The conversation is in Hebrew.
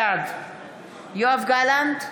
בעד יואב גלנט,